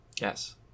Yes